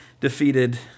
defeated